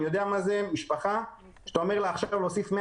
אני יודע מה זה כשאתה אומר למשפחה להוסיף 100